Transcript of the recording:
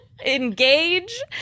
engage